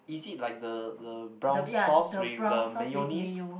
is it like the the brown sauce with the mayonnaise